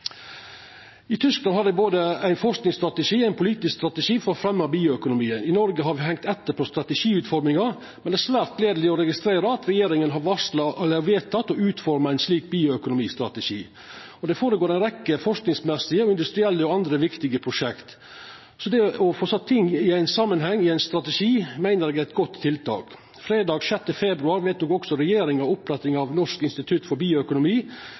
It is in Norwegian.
I Tyskland har dei både ein forskingsstrategi og ein politisk strategi for å fremja bioøkonomien. I Noreg har me hengt etter på strategiutforminga, men det er svært gledeleg å registrera at regjeringa har vedteke å utforma ein slik bioøkonomistrategi. Det går føre seg ei rekkje forskingsmessige, industrielle og andre viktige prosjekt, så det å få sett ting i ein samanheng i ein strategi meiner eg er eit godt tiltak. Fredag 6. februar vedtok også regjeringa opprettinga av Norsk institutt for bioøkonomi.